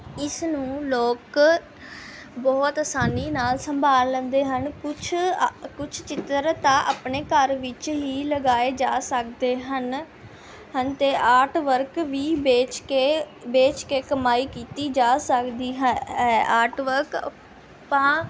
ਇਸ ਨੂੰ ਲੋਕ ਬਹੁਤ ਆਸਾਨੀ ਨਾਲ ਸੰਭਾਲ ਲੈਂਦੇ ਹਨ ਕੁਛ ਕੁਛ ਚਿੱਤਰ ਤਾਂ ਆਪਣੇ ਘਰ ਵਿੱਚ ਹੀ ਲਗਾਏ ਜਾ ਸਕਦੇ ਹਨ ਹਨ ਅਤੇ ਆਰਟ ਵਰਕ ਵੀ ਵੇਚ ਕੇ ਵੇਚ ਕੇ ਕਮਾਈ ਕੀਤੀ ਜਾ ਸਕਦੀ ਹੈ ਆਰਟ ਵਰਕ